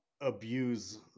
abuse